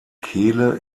kehle